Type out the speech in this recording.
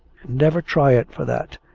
never try it for that.